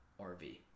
RV